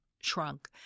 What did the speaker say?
shrunk